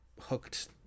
hooked